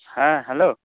ᱦᱮᱸ ᱦᱮᱞᱳ